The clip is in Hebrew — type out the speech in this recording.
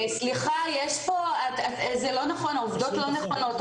סליחה, העובדות לא נכונות.